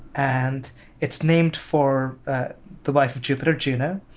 and it's named for the wife of jupiter, juno,